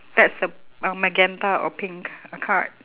that's the uh magenta or pink uh card